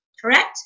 correct